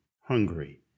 hungry